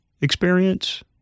experience